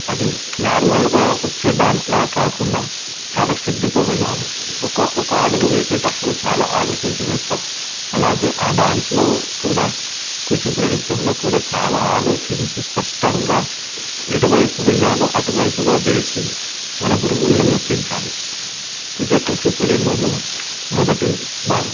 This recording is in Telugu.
అది నార్మల్గా వచ్చే డ్యాన్స్లాగా కాకుండా చాలా శ్రద్ధతో వెయ్యాలి ఒక ఒక అడుగు వేసేటప్పుడు చాలా ఆలోచించి వేస్తాము అలాగే ఆ డ్యాన్స్లో కూచుపూడి నృత్యంలో కూడా చాలా ఆలోచించి స్పష్టంగా ఎటువైపు వెయ్యాలో అటువైపుగా వేసి మన గురువుల్ని మెప్పించాలి ఇదే కూచిపూడిలోని మొదటి భాగం